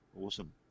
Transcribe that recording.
awesome